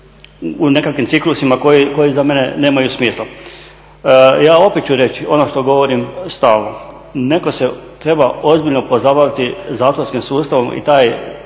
u nekakvim ciklusima koji za mene nemaju smisla. Ja opet ću reći ono što govorim stalno netko se treba ozbiljno pozabaviti zatvorskim sustavom i taj